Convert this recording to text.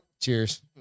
Cheers